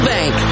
Bank